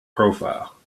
profile